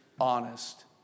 honest